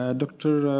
ah dr.